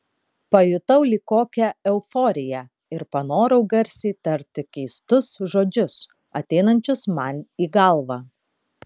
pajutau lyg kokią euforiją ir panorau garsiai tarti keistus žodžius ateinančius man į galvą